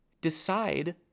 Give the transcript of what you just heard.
decide